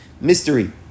mystery